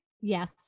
Yes